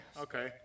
Okay